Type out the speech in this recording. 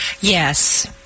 Yes